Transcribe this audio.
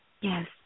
Yes